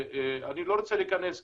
אני לא רוצה להיכנס לכן,